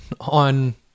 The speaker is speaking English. on